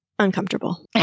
uncomfortable